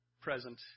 present